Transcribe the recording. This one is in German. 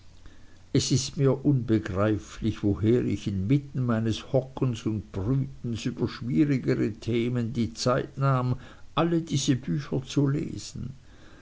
es ist mir nur unbegreiflich woher ich inmitten meines hockens und brütens über schwierigere themen die zeit nahm alle diese bücher zu lesen